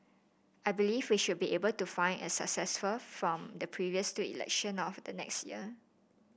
I believe we should be able to find a successful from the previous two election of the next year